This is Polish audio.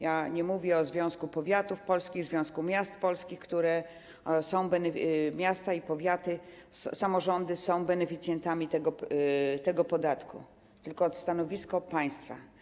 Ja nie mówię o Związku Powiatów Polskich, Związku Miast Polskich - miasta i powiaty, samorządy są beneficjentami tego podatku - tylko o stanowisku państwa.